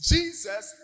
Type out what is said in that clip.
Jesus